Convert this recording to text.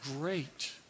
great